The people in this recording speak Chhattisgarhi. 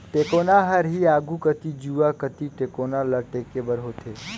टेकोना हर ही आघु कती जुवा कती टेकोना ल टेके बर होथे